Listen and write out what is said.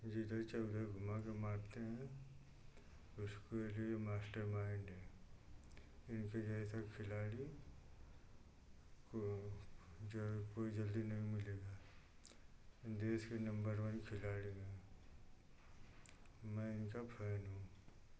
जिधर चाहे उधर घूमा के मारते हैं उसके लिए मास्टरमाइंड हैं इनके जैसे खिलाड़ी को जो है कोई जल्दी नहीं मिलेगा देश के नम्बर वन खिलाड़ी हैं मैं इनका फैन हूँ